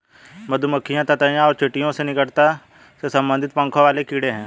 मधुमक्खियां ततैया और चींटियों से निकटता से संबंधित पंखों वाले कीड़े हैं